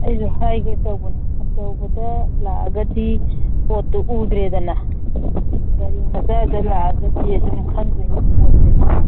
ꯑꯩꯁꯨ ꯍꯥꯏꯒꯦ ꯇꯧꯕꯅꯤ ꯑꯆꯧꯕꯗ ꯂꯥꯛꯑꯒꯗꯤ ꯄꯣꯠꯇꯨ ꯎꯗ꯭ꯔꯦꯗꯅ ꯒꯥꯔꯤ ꯃꯆꯥꯗꯨꯗ ꯂꯥꯛꯑꯒꯗꯤ ꯑꯗꯨꯝ ꯈꯪꯗꯣꯏꯅꯤ ꯄꯣꯠꯁꯦ